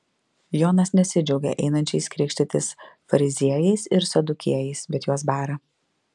jonas nesidžiaugia einančiais krikštytis fariziejais ir sadukiejais bet juos bara